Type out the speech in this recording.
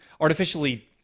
artificially